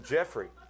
Jeffrey